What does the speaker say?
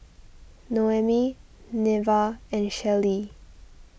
Noemi Neva and Shellie